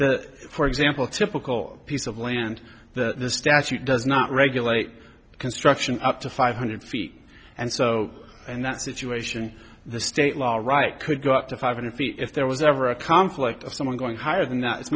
that for example typical piece of land that the statute does not regulate construction up to five hundred feet and so and that situation the state law right could go up to five hundred feet if there was ever a conflict of someone going higher than that it's